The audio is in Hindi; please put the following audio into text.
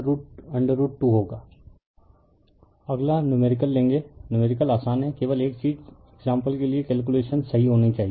रिफर स्लाइड टाइम 0503 अगला नुमेरिकल लेंगे नुमेरिकल आसान हैं केवल एक चीज एक्साम्पल के लिए कैलकुलेशन सही होनी चाहिए